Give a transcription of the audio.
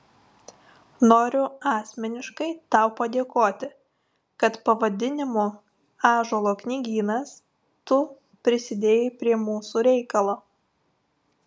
noriu asmeniškai tau padėkoti kad pavadinimu ąžuolo knygynas tu prisidėjai prie mūsų reikalo